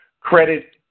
Credit